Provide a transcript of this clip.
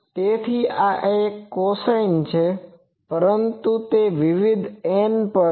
તેથી આ એક cosine છે પરંતુ તે વિવિધ n પર છે